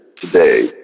today